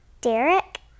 Derek